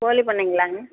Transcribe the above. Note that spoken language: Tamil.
கோழிப் பண்ணைங்களாங்க